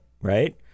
right